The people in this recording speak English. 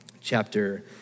chapter